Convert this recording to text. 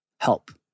Help